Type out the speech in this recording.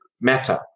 matter